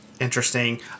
interesting